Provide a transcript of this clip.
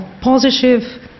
positive